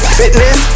fitness